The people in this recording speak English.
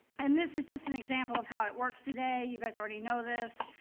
and this is just an example of how it works today. you guys already know this.